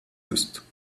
ist